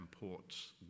ports